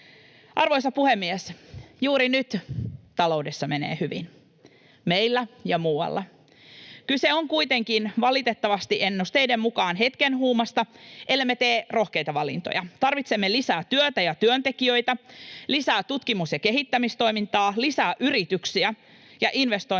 Arvoisa puhemies! Juuri nyt taloudessa menee hyvin, meillä ja muualla. Kyse on ennusteiden mukaan kuitenkin valitettavasti hetken huumasta, ellemme tee rohkeita valintoja. Tarvitsemme lisää työtä ja työntekijöitä, lisää tutkimus- ja kehittämistoimintaa, lisää yrityksiä ja investointeja